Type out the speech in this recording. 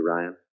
Ryan